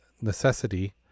necessity